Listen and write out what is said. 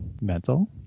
Mental